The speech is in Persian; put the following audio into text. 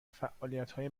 فعالیتهای